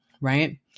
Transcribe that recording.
right